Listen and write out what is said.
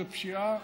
זאת פשיעה,